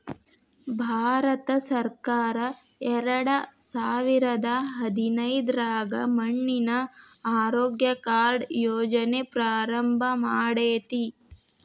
ಭಾರತಸರ್ಕಾರ ಎರಡಸಾವಿರದ ಹದಿನೈದ್ರಾಗ ಮಣ್ಣಿನ ಆರೋಗ್ಯ ಕಾರ್ಡ್ ಯೋಜನೆ ಪ್ರಾರಂಭ ಮಾಡೇತಿ